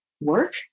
work